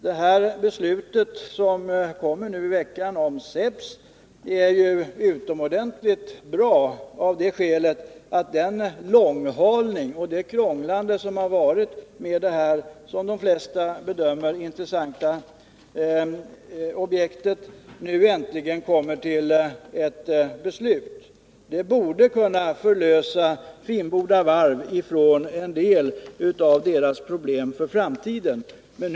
Beträffande SEPS är det utomordentligt att beslut äntligen kommer att fattas denna vecka efter den långhalning och det krångel som förekommit i samband med detta, som de flesta bedömer det, intressanta objekt. Det borde kunna förlösa Finnboda Varv från en del av problemen för framtiden.